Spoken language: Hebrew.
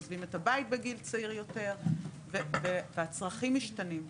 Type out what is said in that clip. עוזבים את הבית בגיל צעיר יותר והצרכים משתנים.